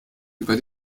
über